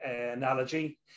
analogy